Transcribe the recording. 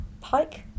Pike